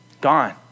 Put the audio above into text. Gone